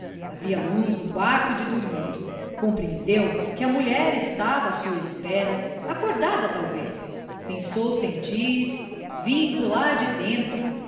havia luz no quarto de dormir compreendeu que a mulher estava à sua espera acordada talvez pensou sentir vindo lá de dentro